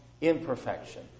imperfection